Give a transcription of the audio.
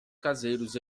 caseiros